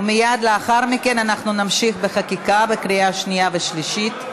ומייד לאחר מכן אנחנו נמשיך בחקיקה בקריאה שנייה ושלישית.